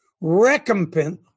recompense